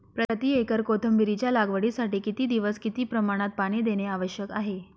प्रति एकर कोथिंबिरीच्या लागवडीसाठी किती दिवस किती प्रमाणात पाणी देणे आवश्यक आहे?